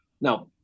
Now